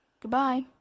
Goodbye